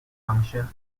function